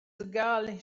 gal